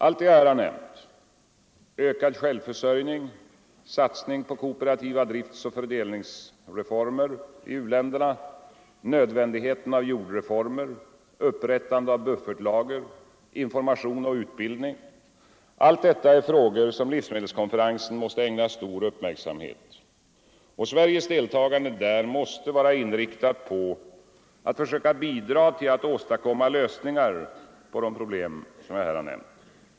Allt det jag här har nämnt — ökad självförsörjning, satsning på kooperativa driftoch fördelningsformer i u-länderna, nödvändigheten av jordreformer, upprättande av buffertlager, information och utbildning — är frågor som livsmedelskonferensen måste ägna stor uppmärksamhet. Sveriges deltagande där måste vara inriktat på att försöka bidra till att åstadkomma lösningar på de problem som jag här har nämnt.